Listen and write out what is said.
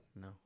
no